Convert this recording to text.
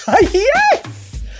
Yes